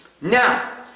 Now